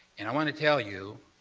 and i want to tell you,